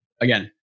Again